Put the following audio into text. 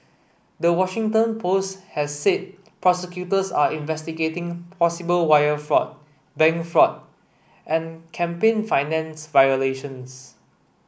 the Washington Post has said prosecutors are investigating possible wire fraud bank fraud and campaign finance violations